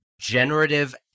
generative